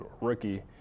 rookie